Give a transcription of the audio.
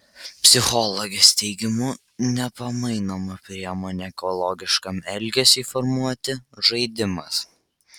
psichologės teigimu nepamainoma priemonė ekologiškam elgesiui formuoti žaidimas